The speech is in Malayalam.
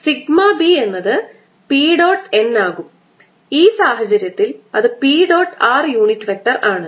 σb എന്നത് P dot n ആകും ഈ സാഹചര്യത്തിൽ അത് P dot r unit vector ആണ്